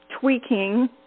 tweaking